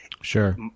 sure